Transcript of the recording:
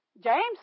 James